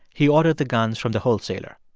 he ordered the guns from the wholesaler.